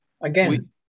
Again